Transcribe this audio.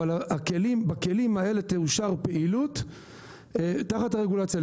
אבל בכלים האלה תאושר פעילות תחת רגולציה.